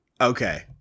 Okay